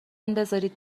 بزارید